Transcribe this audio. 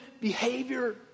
behavior